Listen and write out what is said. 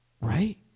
right